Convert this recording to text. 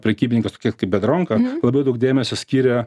prekybininkas tokie kaip biendronka labai daug dėmesio skiria